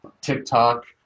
TikTok